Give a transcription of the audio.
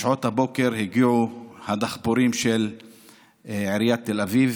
בשעות הבוקר הגיעו הדחפורים של עיריית תל אביב